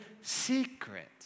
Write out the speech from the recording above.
secret